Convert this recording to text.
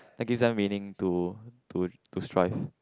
that gives them meaning to to to strive